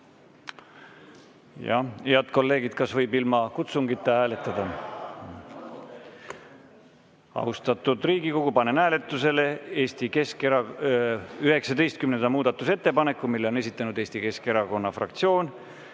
Head kolleegid, kas võib ilma kutsungita hääletada? Austatud Riigikogu, panen hääletusele 19. muudatusettepaneku. Selle on esitanud Eesti Keskerakonna fraktsioon.